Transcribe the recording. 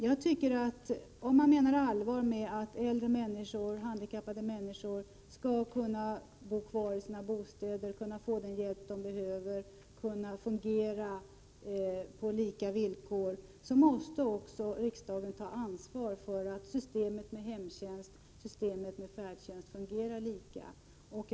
Jag tycker att om man menar allvar med att äldre människor och handikappade skall kunna vara kvar i sina bostäder och få den hjälp de behöver för att fungera på lika villkor, så måste riksdagen ta ansvar för att systemet med hemtjänst och systemet med färdtjänst fungerar lika överallt.